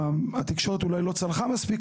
התקשורת אולי לא צלחה מספיק,